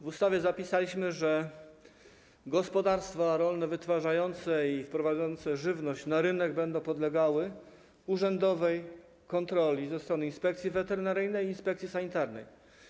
W ustawie zapisaliśmy, że gospodarstwa rolne wytwarzające i wprowadzające żywność na rynek będą podlegały urzędowej kontroli ze strony inspekcji weterynaryjnej, inspekcji sanitarnej.